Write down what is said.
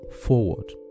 forward